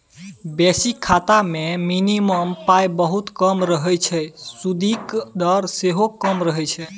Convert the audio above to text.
basic खाता मे minimum पाइ बहुत कम रहय छै सुदिक दर सेहो कम रहय छै